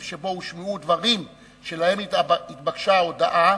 שבו הושמעו דברים שלהם התבקשה ההודעה,